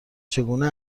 چگونه